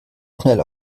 schnell